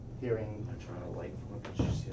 hearing